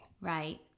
Right